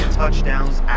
touchdowns